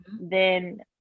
then-